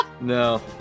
no